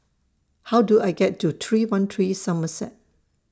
How Do I get to three one three Somerset